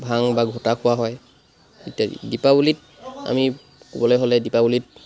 ভাং বা ঘোটা খোৱা হয় ইত্যাদি দীপাৱলীত আমি ক'বলৈ হ'লে দীপাৱলীত